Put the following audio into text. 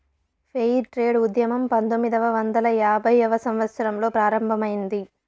fair trade ఉద్యమం పంతొమ్మిదవ వందల యాభైవ సంవత్సరంలో ప్రారంభమైంది